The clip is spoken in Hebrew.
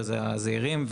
שהם הזהירים,